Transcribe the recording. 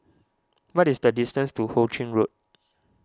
what is the distance to Ho Ching Road